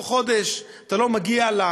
אני סיכמתי אתך שאם בתוך חודש אתה לא מגיע לשוק,